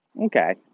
Okay